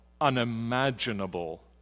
unimaginable